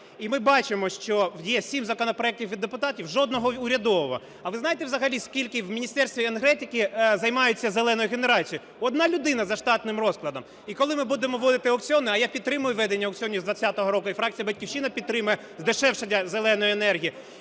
І ми бачимо, що є сім законопроектів від депутатів – жодного урядового. А ви знаєте взагалі, скільки в Міністерстві енергетики займаються "зеленою" генерацією? Одна людина за штатним розкладом. І коли ми будемо вводити аукціони, а я підтримую введення аукціонів з 20-го року, і фракція "Батьківщина" підтримує здешевлення "зеленої" енергії